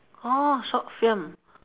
orh short film